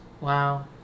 Wow